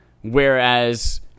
whereas